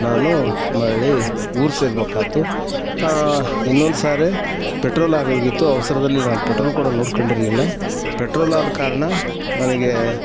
ನಾನು ಮರ್ಳಿ ಊರು ಸೇರ್ಬೇಕಾತು ಇನ್ನೊಂದು ಸಾರಿ ಪೆಟ್ರೋಲ್ ಆಗೋಗಿತ್ತು ಅವಸರದಲ್ಲಿ ನಾನು ಪೆಟ್ರೋಲ್ ಕೂಡ ನೋಡ್ಕೊಂಡಿರ್ಲಿಲ್ಲ ಪೆಟ್ರೋಲ್ ಆದ ಕಾರಣ ನನಗೆ